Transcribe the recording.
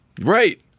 Right